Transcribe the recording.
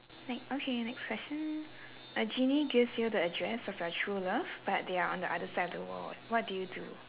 ne~ okay next question a genie gives you the address of your true love but they are on the other side of the world what do you do